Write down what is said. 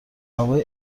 هوای